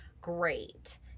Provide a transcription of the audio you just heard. Great